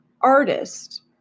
artist